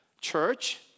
church